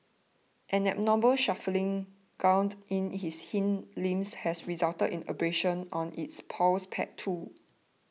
an abnormal shuffling gait in its hind limbs has resulted in abrasions on its paws pads too